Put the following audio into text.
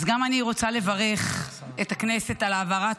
אז גם אני רוצה לברך את הכנסת על העברת